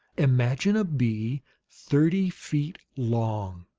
imagine a bee thirty feet long!